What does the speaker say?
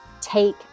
take